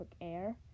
Air